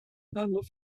love